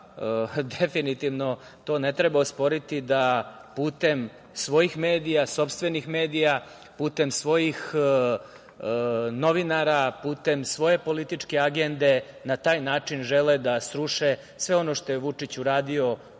definitivno to ne treba osporiti, da putem svojih medija, sopstvenih medija, putem svojih novinara, putem svoje političke agende, na taj način žele da sruše sve ono što je Vučić uradio